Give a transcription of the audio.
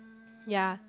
ya